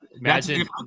Imagine